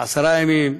עשרה ימים,